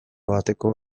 bateko